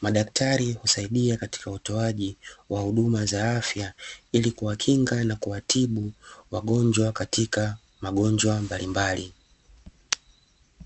Madaktari husaidia katika utoaji wa huduma za afya, ili kuwakinga na kuwatibu wagonjwa katika magonjwa mbalimbali.